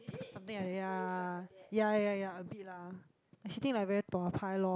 something like that yeah yeah yeah yeah a bit lah and she think like very dua pai lor